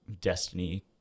destiny